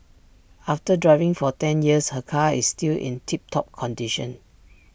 after driving for ten years her car is still in tip top condition